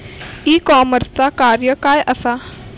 E कॉमर्सचा कार्य काय असा?